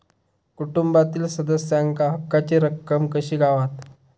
कुटुंबातील सदस्यांका हक्काची रक्कम कशी गावात?